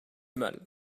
mal